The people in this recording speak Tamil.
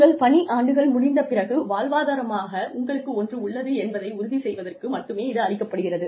உங்கள் பணி ஆண்டுகள் முடிந்த பிறகு வாழ்வாதாரமாக உங்களுக்கு ஒன்று உள்ளது என்பதை உறுதி செய்வதற்கு மட்டுமே இது அளிக்கப்படுகிறது